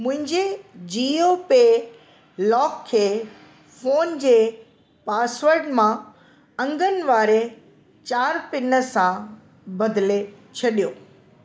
मुंहिंजे जीओ पे लॉक खे फोन जे पासवड मां अंगनि वारे चारि पिन सां बदिले छॾियो